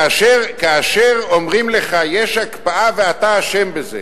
כאשר אומרים לך: יש הקפאה ואתה אשם בזה,